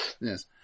Yes